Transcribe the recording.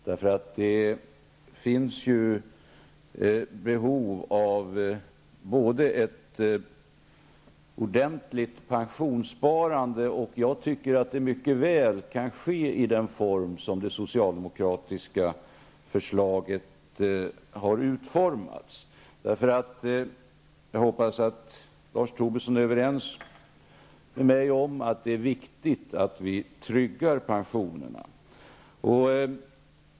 Det finns ju behov av ett ordentligt pensionssparande, och jag tycker att det mycket väl kan ske i den form enligt vilken det socialdemokratiska förslaget har utformats. Jag hoppas att Lars Tobisson är överens med mig om att det är viktigt att vi tryggar pensionerna.